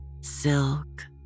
Silk